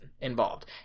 involved